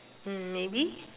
hmm maybe